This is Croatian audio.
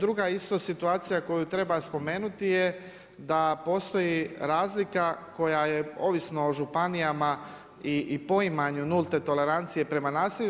Druga isto situacija koju treba spomenuti je da postoji razlika koja je ovisno o županijama i poimanju nulte tolerancije prema nasilju.